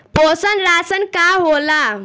पोषण राशन का होला?